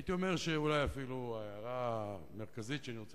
הייתי אומר שאולי אפילו ההערה המרכזית שאני רוצה